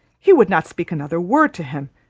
he would not speak another word to him,